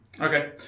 Okay